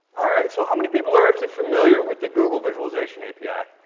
all right. so, how many people are actually familiar with the google visualization api?